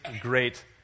great